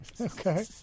Okay